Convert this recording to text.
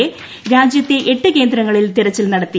A രാജ്യത്തെ എട്ട് കേന്ദ്രങ്ങളിൽ തിരച്ചിൽ നടത്തി